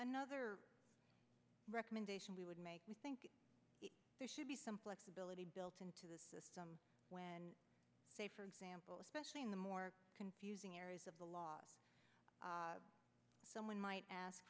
another recommendation we would make we think there should be some flexibility built into the system when they for example especially in the more confusing areas of the law someone might ask